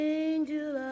angel